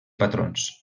patrons